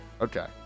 Okay